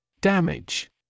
Damage